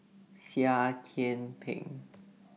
Seah Kian Peng